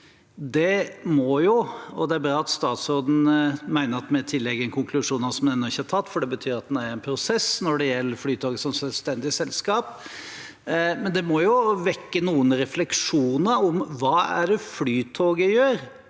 159 selskap. Det er bra at statsråden mener at vi tillegger konklusjoner som ennå ikke trukket, for det betyr at en er i en prosess når det gjelder Flytoget som selvstendig selskap, men det må jo vekke noen refleksjoner om hva det er Flytoget gjør,